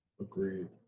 Agreed